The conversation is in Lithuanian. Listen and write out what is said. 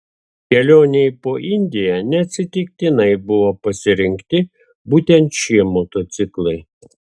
kelionei po indiją neatsitiktinai buvo pasirinkti būtent šie motociklai